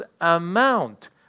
amount